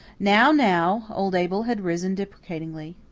now, now! old abel had risen deprecatingly.